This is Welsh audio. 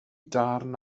darn